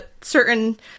certain